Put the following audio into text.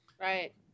Right